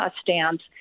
stands